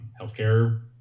healthcare